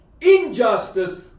Injustice